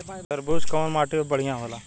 तरबूज कउन माटी पर बढ़ीया होला?